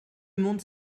monde